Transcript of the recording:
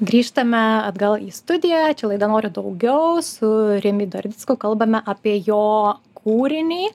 grįžtame atgal į studiją čia laida noriu daugiau su rimvydu ardicku kalbame apie jo kūrinį